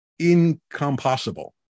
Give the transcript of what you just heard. incompossible